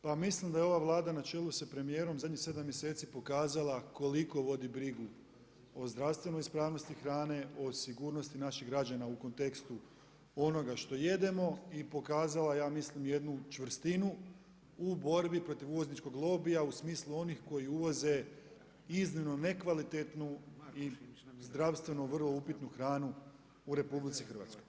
Pa mislim da je ova Vlada na čelu sa premijerom zadnjih sedam mjeseci pokazala koliko vodi brigu o zdravstvenoj ispravnosti hrane, o sigurnosti naših građana u kontekstu onoga što jedemo i pokazala ja mislim jednu čvrstinu u borbi protiv uvozničkog lobija u smislu onih koji uvoze iznimno nekvalitetnu i zdravstveno vrlo upitnu hranu u RH.